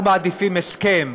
אנחנו מעדיפים הסכם.